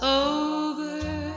over